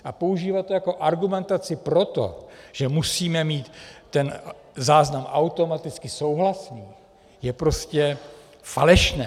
A používat to jako argumentaci pro to, že musíme mít ten záznam automaticky souhlasný, je prostě falešné.